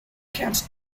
can’t